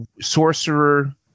sorcerer